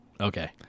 Okay